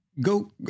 go